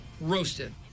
Roasted